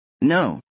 No